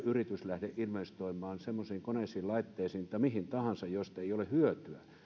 yritys lähde investoimaan semmoisiin koneisiin laitteisiin tai mihin tahansa mistä ei ole hyötyä